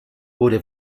wurde